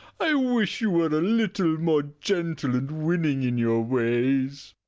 i wish you were a little more gentle and winning in your ways.